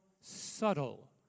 subtle